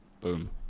boom